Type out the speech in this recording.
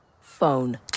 Phone